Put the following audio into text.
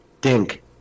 dink